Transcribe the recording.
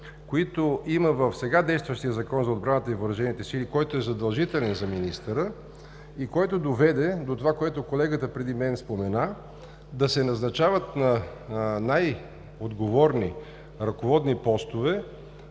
които има в сега действащия Закон за отбраната и въоръжените сили, който е задължителен за министъра, и който доведе до това, което колегата преди мен спомена, да се назначават на най-отговорни ръководни постове